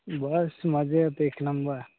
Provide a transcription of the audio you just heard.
बस मजेत एक नंबर